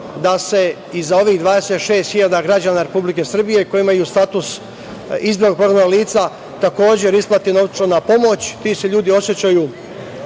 da se i za ovih 26.000 građana Republike Srbije koji imaju status izbeglih i prognanih lica takođe isplati novčana pomoć. Ti se ljudi osećaju